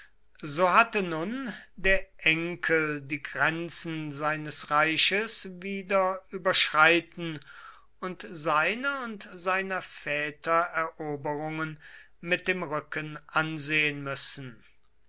so hatte nun der enkel die grenzen seines reiches wieder überschreiten und seine und seiner väter eroberungen mit dem rücken ansehen müssen